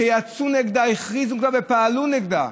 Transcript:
שיצאו נגדה, הכריזו וגם פעלו נגדה,